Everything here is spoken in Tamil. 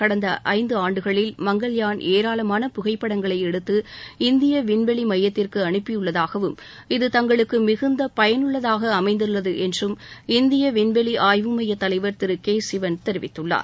கடந்த ஐந்து ஆண்டுகளில் மங்கள்யான் ஏராளமான புகைப்படங்களை எடுத்து இந்திய விண்வெளி மையத்திற்கு அனுப்பியுள்ளதாகவும் இது தங்களுக்கு மிகுந்த பயனுள்ளதாக அமைந்தது என்றும் இந்திய விண்வெளி ஆய்வு மைய தலைவர் திரு கே சிவன் தெரிவித்துள்ளார்